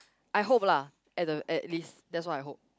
I hope lah at the at least that's what I hope